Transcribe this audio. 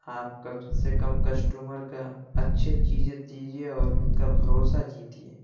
آپ کم سے کم کسٹمر کا اچھے چییجے دیجیے اور ان کا بھروسہ جیتئے